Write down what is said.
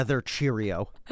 Cheerio